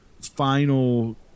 final